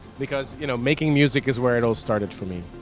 because you know making music is where it all started for me.